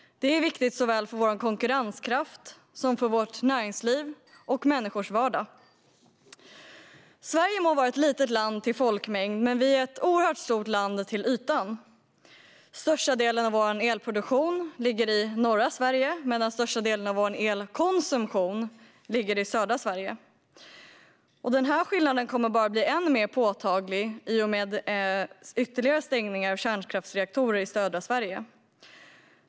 Det är viktigt för såväl Sveriges konkurrenskraft och näringsliv som människors vardag. Sverige må vara ett litet land till folkmängd, men Sverige är ett oerhört stort land till ytan. Största delen av elproduktionen ligger i norra Sverige, medan den största delen av elkonsumtionen ligger i södra Sverige. Den skillnaden kommer att bli än mer påtaglig i och med ytterligare stängningar av kärnkraftsreaktorer i södra Sverige.